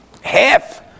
half